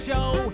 show